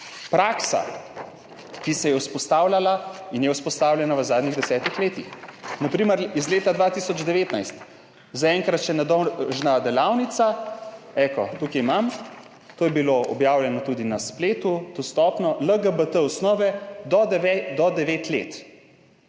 Praksa, ki se je vzpostavljala in je vzpostavljena v zadnjih desetih letih. Na primer iz leta 2019, zaenkrat še nedolžna delavnica, evo, tukaj imam / pokaže zboru/. To je bilo objavljeno tudi na spletu, tam je dostopno, LGBT osnove do devet